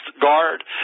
guard